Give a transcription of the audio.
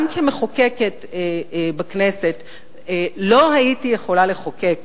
גם כמחוקקת בכנסת לא הייתי יכולה לחוקק